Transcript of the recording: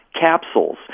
Capsules